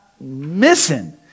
missing